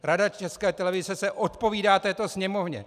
Rada České televize se odpovídá této Sněmovně.